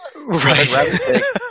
Right